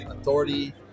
Authority